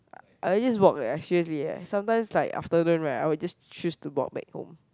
I will just work eh seriously eh sometimes like after rain right I will just choose to walk back home